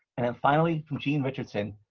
and then finally, from gene richardson,